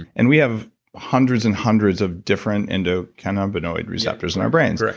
and we have hundreds and hundreds of different endocannabinoid receptors in our brains,